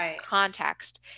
context